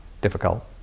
difficult